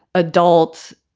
adults,